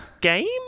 game